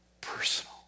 personal